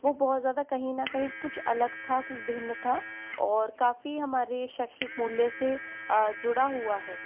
वो बहुत ज़्यादा कहीं ना कहीं कुछ अलग था कुछ भिन्न था और काफी हमारे शैक्षिक मूल्य से जुड़ा हुआ है